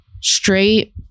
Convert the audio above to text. straight